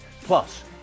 Plus